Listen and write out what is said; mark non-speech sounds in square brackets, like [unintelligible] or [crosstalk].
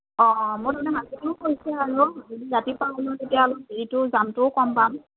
অঁ [unintelligible] ৰাতিপুৱা ওলালে তেতিয়া অলপ হেৰিটোও জামটোও কম পাম